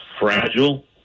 fragile